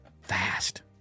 Fast